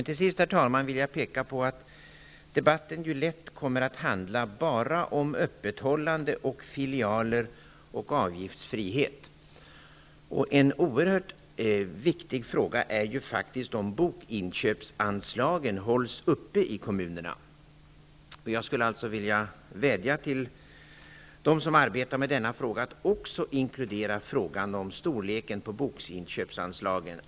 Till sist, herr talman, vill jag påpeka att debatten ju lätt kommer att handla om bara öppethållande, filialer och avgiftsfrihet. En oerhört viktig fråga är faktiskt om bokinköpsanslagen hålls uppe i kommunerna. Jag skulle alltså vilja vädja till dem som arbetar med denna fråga att också inkludera frågan om storleken på bokinköpsanslagen.